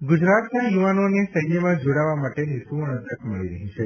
ભરતી ગુજરાતના યુવાનોને સૈન્યમાં જોડાવા માટેની સુવર્ણ તક મળી રહી છે